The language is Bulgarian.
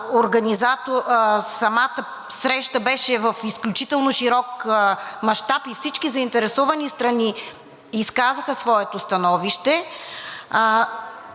Самата среща беше в изключително широк мащаб и всички заинтересовани страни изказаха своето становище.